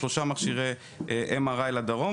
שלושה מכשירי MRI לדרום,